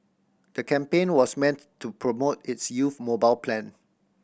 the campaign was meant to promote its youth mobile plan